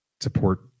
support